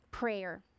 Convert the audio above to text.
Prayer